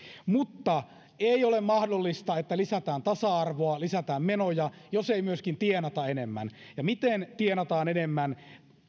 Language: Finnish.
mutta ei ole mahdollista että lisätään tasa arvoa ja lisätään menoja jos ei myöskin tienata enemmän ja miten tienataan enemmän